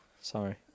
Sorry